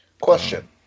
Question